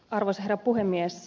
arvoisa herra puhemies